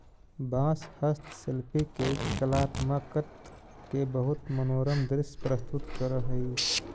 बाँस हस्तशिल्पि के कलात्मकत के बहुत मनोरम दृश्य प्रस्तुत करऽ हई